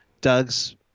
Doug's